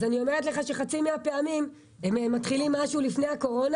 בחצי מן הפעמים הם מתחילים משהו לפני הקורונה